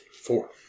Four